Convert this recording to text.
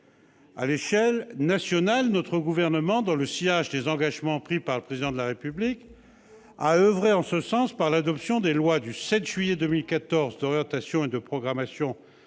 À l'échelle nationale, notre gouvernement, dans le sillage des engagements pris par le Président de la République, a oeuvré en ce sens par l'adoption des lois du 7 juillet 2014 d'orientation et de programmation relative